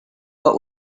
what